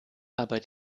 aber